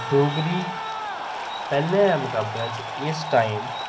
डोगरी पैह्लें दे मकाबले च इस टाईम